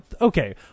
okay